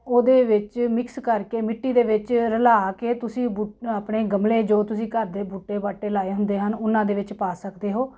ਉਹਦੇ ਵਿੱਚ ਮਿਕਸ ਕਰਕੇ ਮਿੱਟੀ ਦੇ ਵਿੱਚ ਰਲਾ ਕੇ ਤੁਸੀ ਬੂ ਆਪਣੇ ਗਮਲੇ ਜੋ ਤੁਸੀਂ ਘਰ ਦੇ ਬੂਟੇ ਬਾਟੇ ਲਾਏ ਹੁੰਦੇ ਹਨ ਉਹਨਾਂ ਦੇ ਵਿੱਚ ਪਾ ਸਕਦੇ ਹੋ